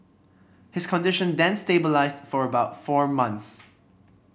his condition then stabilised for about four months